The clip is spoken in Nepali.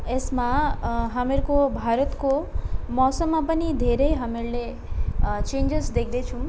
यसमा हाम्रो भारतको मौसममा पनि धेरै हामीले चेन्जेस देख्दैछौँ